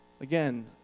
Again